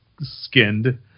skinned